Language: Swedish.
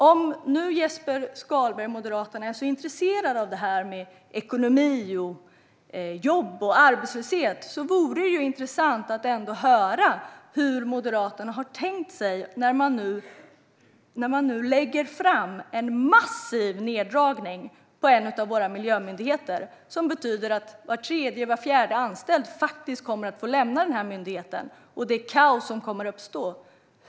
Om Jesper Skalberg Karlsson från Moderaterna nu är så intresserad av det här med ekonomi, jobb och arbetslöshet vore det intressant att få höra hur Moderaterna har tänkt sig när man nu lägger fram förslag om en massiv neddragning på en av våra miljömyndigheter, som betyder att var tredje eller var fjärde anställd kommer att få lämna myndigheten och att det kommer att uppstå kaos.